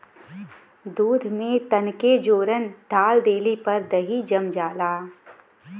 दूध में तनके जोरन डाल देले पर दही जम जाला